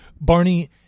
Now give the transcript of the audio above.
Barney